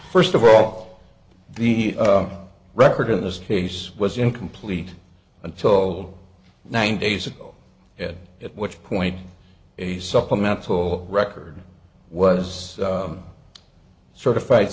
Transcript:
first of all the record in this case was incomplete until nine days ago ed at which point a supplemental record was certified